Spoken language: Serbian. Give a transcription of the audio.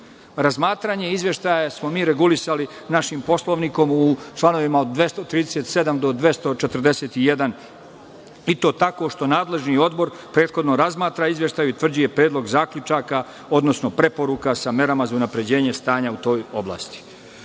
događaja. Razmatranje izveštaja smo mi regulisali našim Poslovnikom u članovima od 237. do 241. i to tako što nadležni odbor prethodno razmatra izveštaj i utvrđuje predlog zaključaka, odnosno preporuka sa merama za unapređenje stanja u toj oblasti. Ono